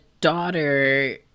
daughter